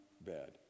bad